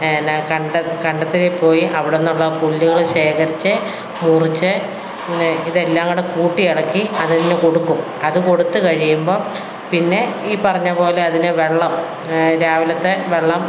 പിന്നെ കണ്ട കണ്ടത്തിൽ പോയി അവിടുന്നുള്ള പുല്ലുകൾ ശേഖരിച്ച് മുറിച്ച് ഇതെല്ലാം കൂടി കൂട്ടി ഇളക്കി അതിന് കൊടുക്കും അതു കൊടുത്തു കഴിയുമ്പോൾ പിന്നെ ഈ പറഞ്ഞതു പോലെ അതിനു വെള്ളം രാവിലത്തെ വെള്ളം